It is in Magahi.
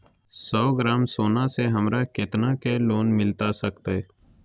सौ ग्राम सोना से हमरा कितना के लोन मिलता सकतैय?